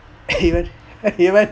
even even